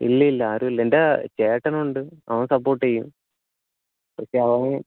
ഇല്ലയില്ല ആരുവില്ല എൻ്റെ ചേട്ടൻ ഉണ്ട് അവൻ സപ്പോർട്ട് ചെയ്യും പക്ഷേ അവന്